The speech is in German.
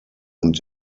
und